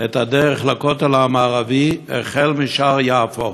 את הדרך לכותל המערבי, החל משער יפו